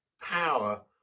power